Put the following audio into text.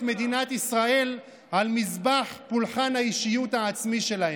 מדינת ישראל על מזבח פולחן האישיות העצמי שלהם.